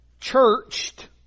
churched